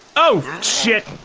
oh shit.